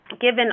given